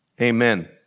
Amen